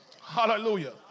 Hallelujah